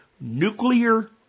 nuclear